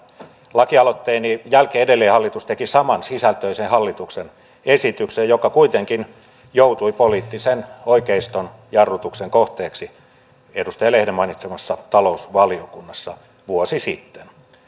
lakialoitteeni jälkeen edelleen hallitus teki samansisältöisen hallituksen esityksen joka kuitenkin joutui poliittisen oikeiston jarrutuksen kohteeksi edustaja lehden mainitsemassa talousvaliokunnassa vuosi sitten